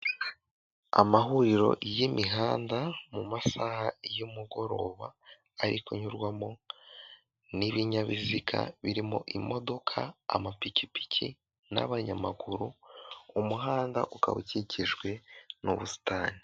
Amahuriro y'imihanda mu masaha y'umugoroba, ari kunyurwamo n'ibinyabiziga birimo imodoka, amapikipiki n'abanyamaguru, umuhanda ukaba ukikijwe n'ubusitani.